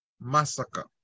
massacre